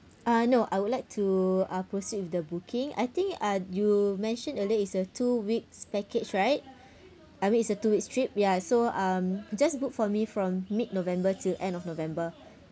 uh no I would like to uh proceed with the booking I think uh you mentioned earlier is a two weeks package right I mean it's a two weeks trip ya so um just book for me from mid november to end of november